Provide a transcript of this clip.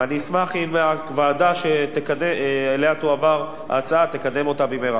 ואני אשמח אם הוועדה שאליה תועבר ההצעה תקדם אותה במהרה.